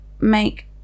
make